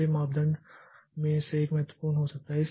इसलिए मापदंड में से एक महत्वपूर्ण हो सकता है